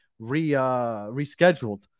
rescheduled